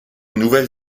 nouvelle